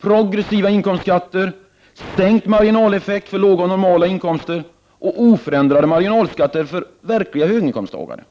progressiva inkomstskatter och en minskad marginaleffekt beträffande låga och normala inkomster. Dessutom vill vi ha oförändrad marginalskatt för verkliga höginkomsttagare.